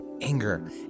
anger